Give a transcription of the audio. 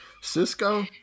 Cisco